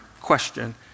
question